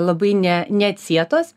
labai ne neatsietos